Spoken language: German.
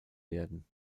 werden